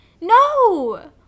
No